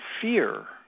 fear